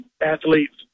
athletes